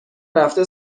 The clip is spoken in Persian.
رفته